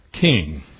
king